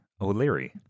O'Leary